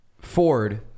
Ford